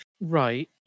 Right